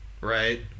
Right